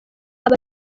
aba